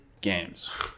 games